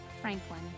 Franklin